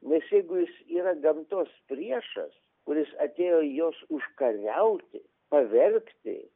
nes jeigu jis yra gamtos priešas kuris atėjo jos užkariauti pavergti